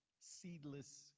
Seedless